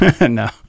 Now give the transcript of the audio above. no